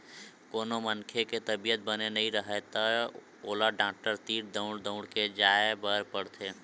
कोनो मनखे के तबीयत बने नइ राहय त ओला डॉक्टर तीर दउड़ दउड़ के जाय बर पड़थे